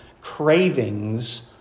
cravings